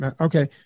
Okay